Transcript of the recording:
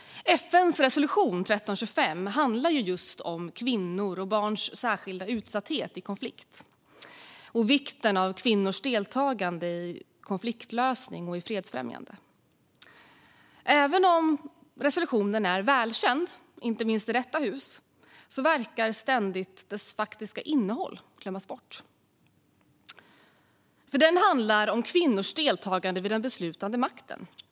FN:s resolution 1325 handlar om kvinnors och barns särskilda utsatthet i konflikter och vikten av kvinnors deltagande i konfliktlösning och fredsfrämjande. Även om resolutionen är välkänd, inte minst i detta hus, verkar dess faktiska innehåll ständigt glömmas bort. Det handlar om kvinnors deltagande vid den beslutande makten.